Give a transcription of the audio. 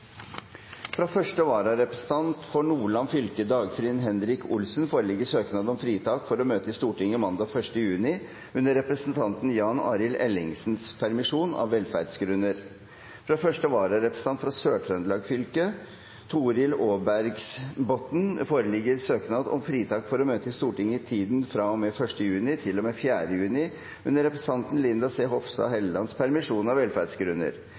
Fra første vararepresentant for Nordland fylke, Dagfinn Henrik Olsen, foreligger søknad om fritak for å møte i Stortinget mandag 1. juni under representanten Jan Arild Ellingsens permisjon, av velferdsgrunner. Fra første vararepresentant fra Sør-Trøndelag fylke, Torhild Aarbergsbotten, foreligger søknad om fritak for å møte i Stortinget i tiden fra og med 1. juni til og med 4. juni under representanten Linda C. Hofstad Hellelands permisjon, av velferdsgrunner.